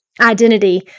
identity